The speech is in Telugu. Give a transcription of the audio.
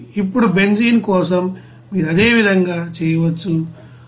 ఇప్పుడు బెంజీన్ కోసం మీరు అదే విధంగా చేయవచ్చు 189